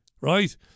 Right